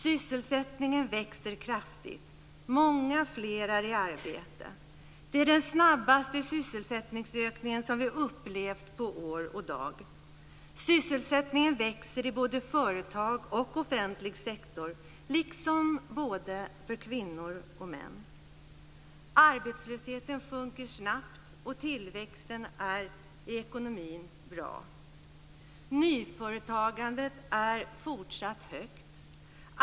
Sysselsättningen växer kraftigt. Många fler är i arbete. Vi har den snabbaste sysselsättningsökning som vi har upplevt på år och dag. Sysselsättningen växer i både företag och offentlig sektor liksom för både kvinnor och män. Arbetslösheten sjunker snabbt, och tillväxten i ekonomin är bra. Nyföretagandet är fortsatt högt.